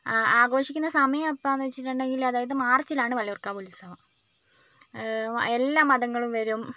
ആ ആഘോഷിക്കുന്ന സമയം എപ്പോൾ എന്ന് വെച്ചിട്ടുണ്ടെങ്കിൽ അതായത് മാർച്ചിലാണ് വള്ളിയൂർക്കാവ് ഉത്സവം വ എല്ലാ മതങ്ങളും വരും